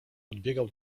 podbiegał